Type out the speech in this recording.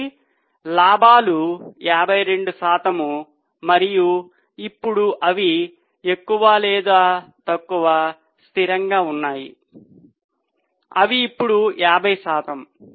కాబట్టి లాభాలు 52 శాతం మరియు ఇప్పుడు అవి ఎక్కువ లేదా తక్కువ స్థిరంగా ఉన్నాయి అవి ఇప్పుడు 50 శాతం